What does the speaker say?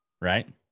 Right